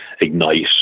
ignite